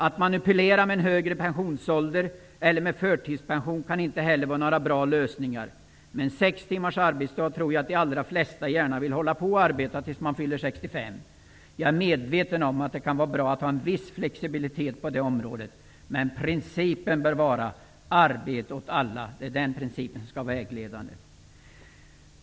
Att manipulera med en högre pensionsålder eller med förtidspension kan inte heller vara någon bra lösning. Med en sex timmars arbetsdag tror jag att de allra flesta gärna vill arbeta tills de fyller 65 år. Jag är medveten om att det kan vara bra med en viss flexibilitet på det området, men principen arbete åt alla bör vara det vägledande.